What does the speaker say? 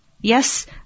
Yes